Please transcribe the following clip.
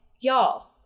y'all